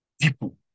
people